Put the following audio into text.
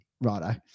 righto